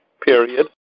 period